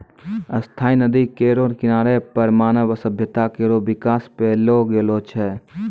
स्थायी नदी केरो किनारा पर मानव सभ्यता केरो बिकास पैलो गेलो छै